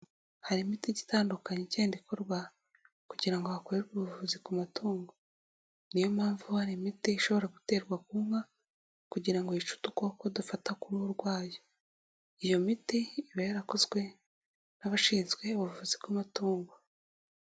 Harimo imiti igiye itandukanye igenda ikorwa kugira ngo hakorerwe ubuvuzi ku matungo, ni yo mpamvu hari imiti ishobora guterwa ku nka kugira ngo yice udukoko dufata ku ruhu rwayo, iyo miti iba yarakozwe n'abashinzwe ubuvuzi bw'amatungo.